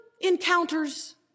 encounters